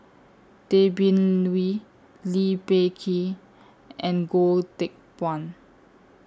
Tay Bin Wee Lee Peh Gee and Goh Teck Phuan